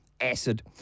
acid